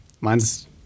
Mine's